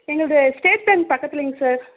எங்களுடைய state bank பக்கத்துலைங்க sir